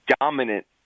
dominant